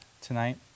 tonight